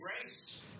grace